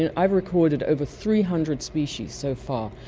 and i've recorded over three hundred species so far,